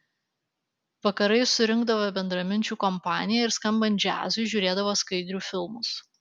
vakarais surinkdavo bendraminčių kompaniją ir skambant džiazui žiūrėdavo skaidrių filmus